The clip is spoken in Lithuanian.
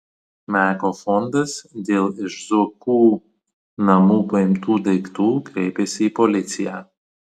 meko fondas dėl iš zuokų namų paimtų daiktų kreipėsi į policiją